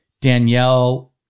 Danielle